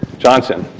johnson.